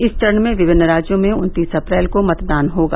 इस चरण में विभिन्न राज्यों में उत्तीस अप्रैल को मतदान होगा